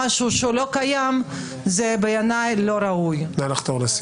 אני לא מוטרד מהעניין הזה למה שמעבירים את זה